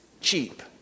cheap